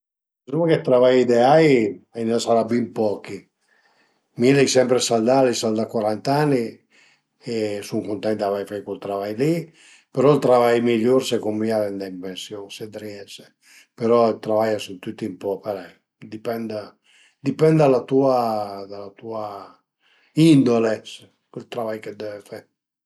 Dë travai ideai a në sarà bin pochi, mi l'ai sempre saldà, l'ai saldà cuarant ani e sun cuntent d'avei fait cul travai li, però ël travai migliur secund mi al e andé ën pensiun, se t'riese, però i travai a sun tüti ën po parei, a dipend dipend da la tua da la tua indole ël travai chë t'deve fe